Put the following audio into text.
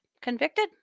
convicted